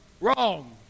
Wrong